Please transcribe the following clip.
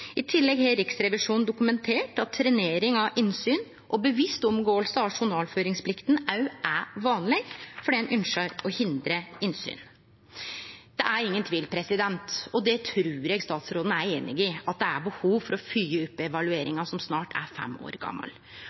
I tillegg har Riksrevisjonen dokumentert at trenering av innsyn og bevisst omgåing av journalføringsplikta òg er vanleg fordi ein ønskjer å hindre innsyn. Det er ingen tvil – og det trur eg statsråden er einig i: Det er behov for å følgje opp evalueringa som snart er fem år